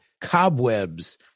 cobwebs